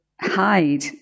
hide